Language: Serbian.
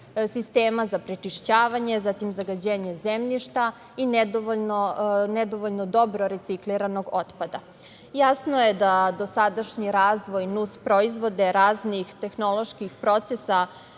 sistema za prečišćavanje, zatim zagađenje zemljišta i nedovoljno dobro recikliranog otpada. Jasno je da se dosadašnji razvoj nusproizvoda i raznih tehnoloških procesa